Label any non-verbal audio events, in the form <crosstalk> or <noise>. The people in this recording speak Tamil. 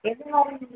எது மாதிரி <unintelligible>